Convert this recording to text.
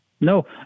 No